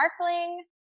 sparkling